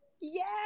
Yes